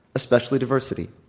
especially diversity.